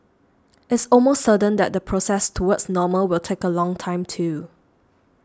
it's almost certain that the process towards normal will take a long time too